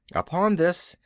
upon this,